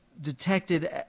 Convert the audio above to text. detected